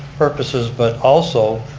purposes, but also,